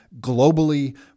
globally